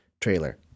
trailer